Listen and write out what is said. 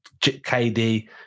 kd